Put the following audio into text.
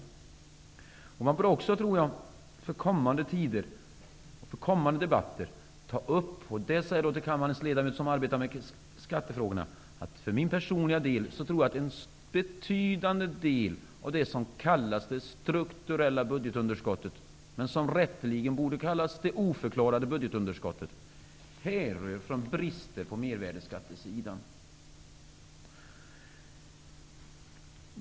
Till de av kammarens ledamöter som arbetar med skattefrågorna vill jag säga, att för min personliga del tror jag att man för kommande tider och debatter bör ta upp en betydande del av det som kallas det strukturella budgetunderskottet, men som rätteligen borde kallas det oförklarade budgetunderskottet. Det härrör från brister på mervärdesskattesidan.